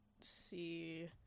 see